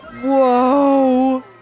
Whoa